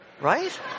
Right